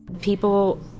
People